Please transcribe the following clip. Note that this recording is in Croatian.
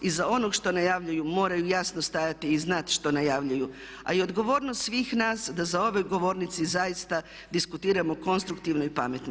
Iza onog što najavljuju moraju jasno stajati i znati što najavljuju, a i odgovornost svih nas da za ovoj govornici zaista diskutiramo konstruktivno i pametno.